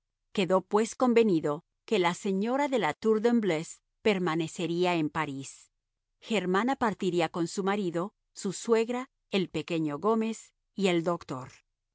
quedó pues convenido que la señora de la tour de embleuse permanecería en parís germana partiría con su marido su suegra el pequeño gómez y el doctor